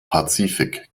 pazifik